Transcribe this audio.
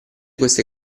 queste